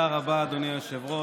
תודה רבה, אדוני היושב-ראש.